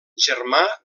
germà